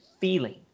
feeling